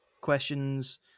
questions